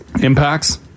impacts